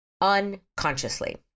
unconsciously